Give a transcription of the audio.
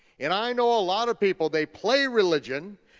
and i know a lot of people, they play religion,